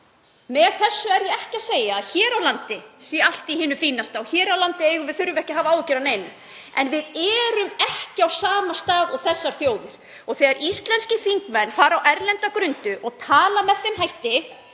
Með þessu er ég ekki að segja að hér á landi sé allt í hinu fínasta og hér á landi þurfum við ekki að hafa áhyggjur af neinu en við erum ekki á sama stað og þessar þjóðir. Og þegar íslenskir þingmenn fara á erlenda grundu og tala með þeim hætti